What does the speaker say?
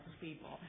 people